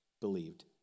believed